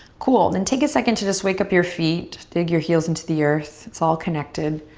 cool. then take a second to just wake up your feet. dig your heels into the earth. it's all connected.